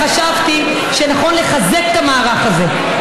חשבתי שנכון לחזק את המערך הזה,